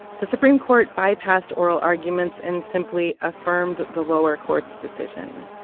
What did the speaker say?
the supreme court bypassed oral arguments and simply affirmed the lower court's decision.